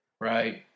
Right